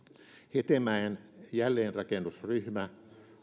hetemäen jälleenrakennusryhmä